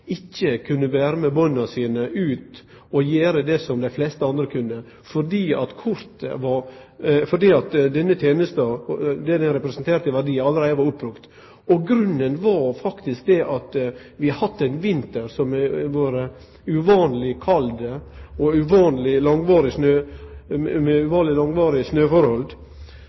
ikkje kunne vere med barnet sitt ut og gjere det som dei fleste andre kunne, fordi det denne tenesta representerte i verdi, allereie var oppbrukt. Og grunnen var faktisk at vi har hatt ein vinter som har vore uvanleg kald, med uvanlege snøforhold, langvarig, som har gjort at dei ressursane som vedkommande hadde, var oppbrukte. Det gjorde at han måtte sitje heime med